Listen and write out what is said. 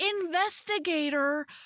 investigator